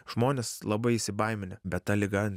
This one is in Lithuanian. žmonės labai įsibaiminę bet ta liga